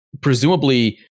presumably